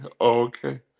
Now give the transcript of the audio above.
Okay